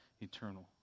eternal